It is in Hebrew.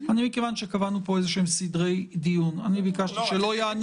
מכיוון שקבענו סדרי דיון, ביקשתי שלא יענו.